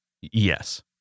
Yes